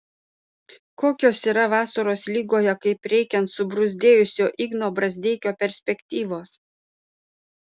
kokios yra vasaros lygoje kaip reikiant subruzdėjusio igno brazdeikio perspektyvos